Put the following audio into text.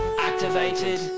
activated